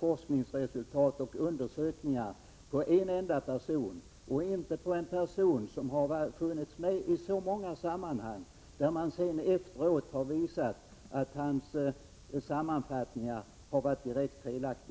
forskningsresultat och undersökningar på en enda person — och man skall inte göra det på en person som har funnits med i så många sammanhang där man efteråt har visat att hans sammanfattningar har varit direkt felaktiga.